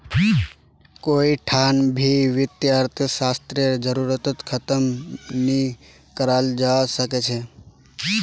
कोई ठान भी वित्तीय अर्थशास्त्ररेर जरूरतक ख़तम नी कराल जवा सक छे